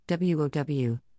WOW